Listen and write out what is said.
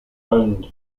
owned